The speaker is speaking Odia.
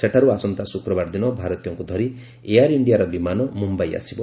ସେଠାରୁ ଆସନ୍ତା ଶୁକ୍ରବାର ଦିନ ଭାରତୀୟଙ୍କୁ ଧରି ଏୟାର ଇଣ୍ଡିଆର ବିମାନ ମୁମ୍ବାଇ ଆସିବ